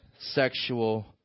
sexual